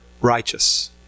righteous